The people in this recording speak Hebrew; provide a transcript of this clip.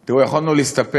תראו, יכולנו להסתפק